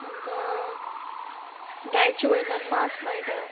आमकां गायचे वयल्यान मांस मेळटा